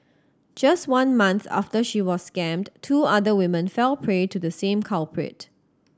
just one month after she was scammed two other women fell prey to the same culprit